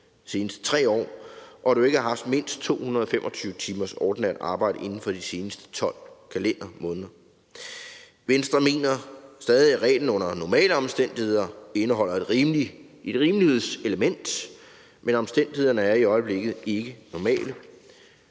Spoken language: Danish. og du ikke har haft mindst 225 timers ordinært arbejde inden for de seneste 12 kalendermåneder. Venstre mener stadig, at reglen under normale omstændigheder indeholder et rimelighedselement, men omstændighederne er i øjeblikket ikke normale.